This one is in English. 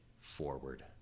forward